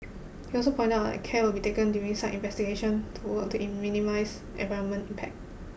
he also pointed out that care will be taken during site investigation toward in minimise environment impact